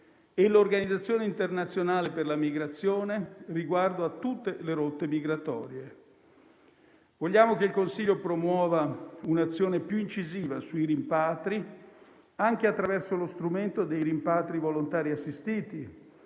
e l'Organizzazione internazionale per le migrazioni riguardo a tutte le rotte migratorie. Vogliamo che il Consiglio promuova un'azione più incisiva sui rimpatri, anche attraverso lo strumento dei rimpatri volontari assistiti,